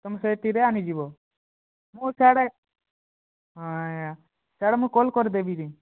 ତୁମେ ସେତିରେ ଆଣିଯିବ ମୁଁ ସିଆଡ଼େ ହଁ ଆଜ୍ଞା ମୁଁ ସିଆଡ଼େ କଲ୍ କରିଦେବି ଯେ